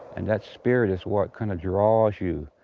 and that spirit is what kinda draws you,